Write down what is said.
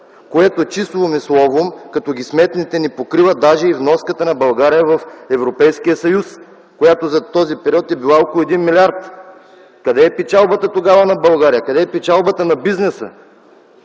което цифром и словом, като ги сметнете, не покриват даже и вноската на България в Европейския съюз, която за този период е била около един милиард. Къде е печалбата тогава на България? Къде е печалбата на бизнеса?